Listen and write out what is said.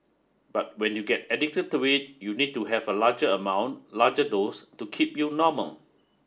but when you get addicted to it you need to have a larger amount larger dose to keep you normal